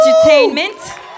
Entertainment